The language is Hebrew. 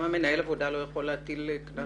מנהל עבודה לא יכול להטיל קנס על פועל?